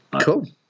cool